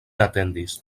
atendis